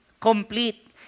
complete